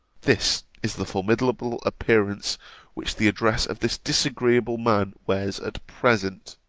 this is the formidable appearance which the address of this disagreeable man wears at present.